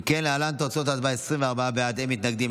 אין מתנגדים.